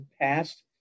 passed